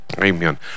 Amen